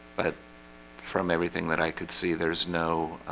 but from everything that i could see there's no